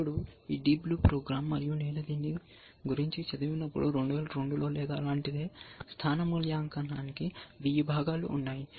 ఇప్పుడు ఈ Deep Blue program మరియు నేను దీని గురించి చదివినప్పుడు 2002 లో లేదా అలాంటిదే స్థాన మూల్యాంకనానికి 1000 భాగాలు ఉన్నాయి